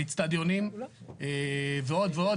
אצטדיונים ועוד ועוד,